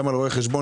גם על רואי החשבון,